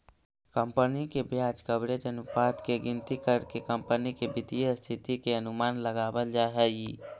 company के ब्याज coverage अनुपात के गिनती करके कंपनी के वित्तीय स्थिति के अनुमान लगावल जा हई